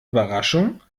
überraschung